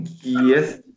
Yes